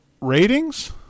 ratings